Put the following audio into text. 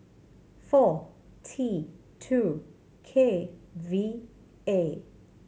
four T two K V A